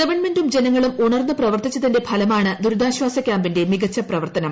ഗവൺമെന്റും ജനങ്ങളും ഉണർന്നു പ്രവർത്തിച്ചതിന്റെ ഫലമാണ് ദുരിതാശ്ചാസ ക്യാമ്പിന്റെ മികച്ച പ്രവർത്തനം